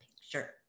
picture